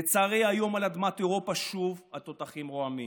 לצערי, היום על אדמת אירופה שוב התותחים רועמים.